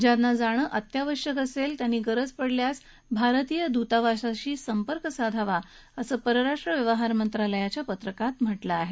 ज्यांना जाणं अत्यावश्यक असेल त्यांनी गरज पडल्यास भारतीय दूतावासाशी संपर्क साधावा असं परराष्ट्र व्यवहार मंत्रालयाच्या पत्रकात म्हटलं आहे